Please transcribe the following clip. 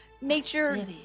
nature